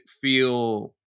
feel